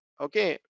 Okay